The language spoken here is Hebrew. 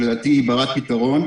שלדעת היא ברת פתרון,